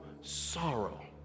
sorrow